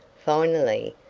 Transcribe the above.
finally,